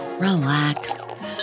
relax